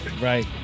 Right